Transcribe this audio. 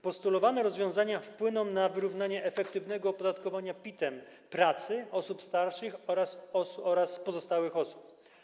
Postulowane rozwiązania wpłyną na wyrównanie efektywnego opodatkowania PIT pracy osób starszych oraz pozostałych osób.